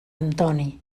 antoni